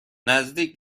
نزدیک